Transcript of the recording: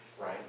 Right